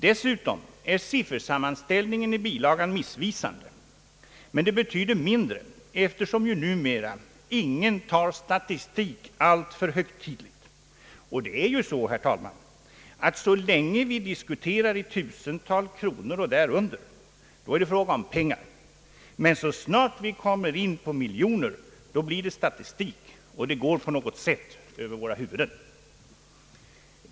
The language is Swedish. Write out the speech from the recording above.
Dessutom är siffersammanställningen i bilagan missvisande. Men det betyder mindre eftersom ingen numera tar statistik alltför högtidligt. Det är ju så, herr talman, att så länge vi diskuterar i 1000-tal kronor och därunder är det fråga om pengar, men så snart vi kommer in på miljoner, då blir det statistik, och det går på något sätt över våra huvuden.